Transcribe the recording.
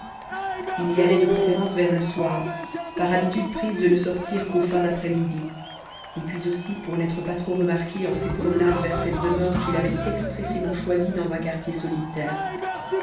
il y allait de préférence vers le soir par habitude prise de ne sortir qu'aux fins d'après-midi et puis aussi pour n'être pas trop remarqué en ses promenades vers cette demeure qu'il avait expressément choisie dans un quartier solitaire